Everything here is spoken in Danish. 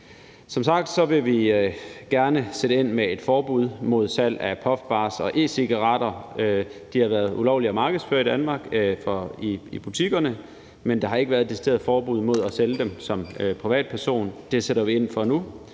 Som sagt vil vi gerne sætte ind med et forbud mod salg af puffbars og e-cigaretter. De har været ulovlige at markedsføre i butikkerne i Danmark, men der har ikke været et decideret forbud mod at sælge dem som privatperson – det sætter vi ind over for nu.